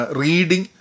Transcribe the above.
reading